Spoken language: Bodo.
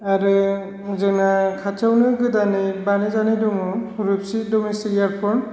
आरो जोंना खाथियावनो गोदानै बानायजानाय दङ रुपसि ड'मेस्टिक एयारपर्ट